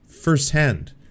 firsthand